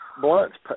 Blunt's